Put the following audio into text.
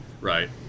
right